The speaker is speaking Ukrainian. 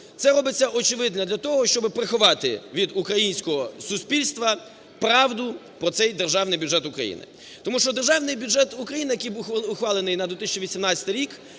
Це робиться, очевидно, для того, щоби приховати від українського суспільства правду про цей Державний бюджет України, тому що Державний бюджет України, який ухвалений на 2018 рік,